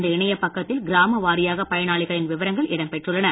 இந்த இணையப் பக்கத்தில் கிராம வாரியாகப் பயனாளிகளின் விவரங்கள் இடம் பெற்றுள்ளன